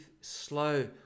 slow